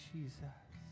Jesus